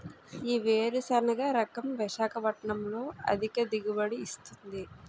ఏ వేరుసెనగ రకం విశాఖపట్నం లో అధిక దిగుబడి ఇస్తుంది?